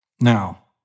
Now